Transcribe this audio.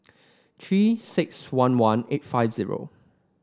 Three six one one eight five zero